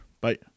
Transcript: Bye